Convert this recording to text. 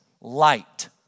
light